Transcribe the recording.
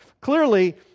Clearly